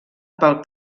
pel